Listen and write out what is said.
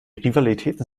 rivalitäten